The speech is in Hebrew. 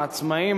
העצמאיים,